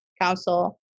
Council